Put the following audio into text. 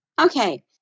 Okay